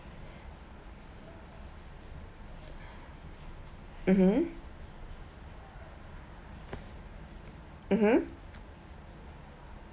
mmhmm mmhmm